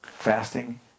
Fasting